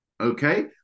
Okay